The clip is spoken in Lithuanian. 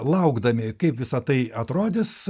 laukdami kaip visa tai atrodys